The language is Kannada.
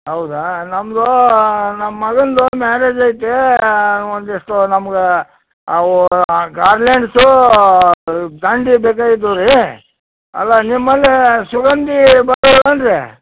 ಹೌದಾ ನಮ್ಮದೂ ನಮ್ಮ ಮಗಂದು ಮ್ಯಾರೇಜ್ ಐತೆ ಒಂದು ಎಷ್ಟು ನಮ್ಗೆ ಅವು ಗಾರ್ಲೆಂಡ್ಸು ಗಾಂಡಿ ಬೇಕಾಗಿತ್ತು ರೀ ಅಲ್ಲಾ ನಿಮ್ಮಲ್ಲಿ ಸುಗಂಧಿ ಬರಲ್ವೇನು ರೀ